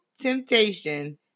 temptation